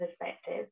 perspective